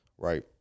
Right